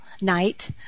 night